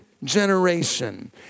Generation